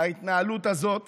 בהתנהלות הזאת